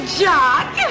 jock